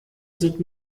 sind